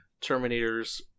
Terminators